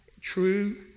true